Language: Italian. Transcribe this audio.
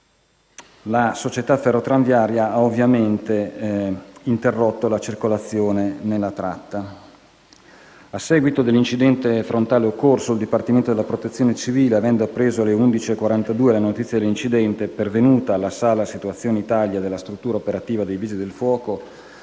La società Ferrotramviaria ha ovviamente interrotto la circolazione nella tratta. A seguito dell'incidente frontale occorso, il Dipartimento della protezione civile, avendo appreso alle ore 11,42 della notizia dell'incidente pervenuta alla Sala Situazione Italia della struttura operativa dei Vigili del fuoco,